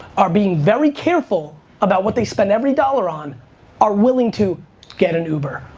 are being very careful about what they spend every dollar on are willing to get an uber.